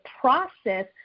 process